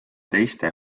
teiste